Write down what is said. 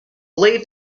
lived